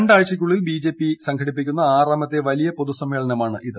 രണ്ടാഴ്ചയ്ക്കുള്ളിൽ BJP സംഘടിപ്പിക്കുന്ന ആറാമത്തെ വലിയ പൊതുസ്മ്മേളനമാണിത്